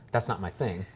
that's not my thing.